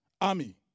army